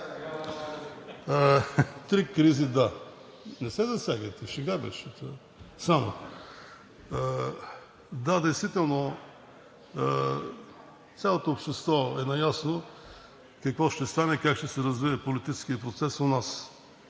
Три кризи, да. Не се засягайте – само шега беше. Да, действително цялото общество е наясно какво ще стане, как ще се развие политическият процес у нас